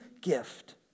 gift